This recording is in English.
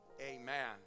Amen